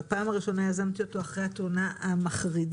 בפעם הראשונה יזמתי את הדיון לאחר התאונה המחרידה